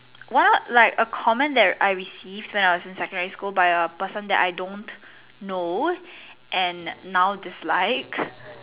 one of like a comment that I received when I was in secondary school by a person that I don't know and now dislike